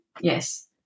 yes